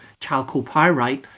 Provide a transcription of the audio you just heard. chalcopyrite